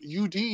UD